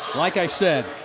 like i said,